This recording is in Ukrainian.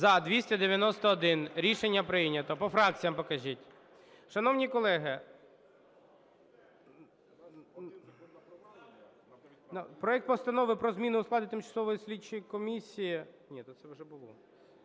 За-291 Рішення прийнято. По фракціям покажіть. Шановні колеги, проект Постанови про зміну складу Тимчасової слідчої комісії…